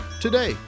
today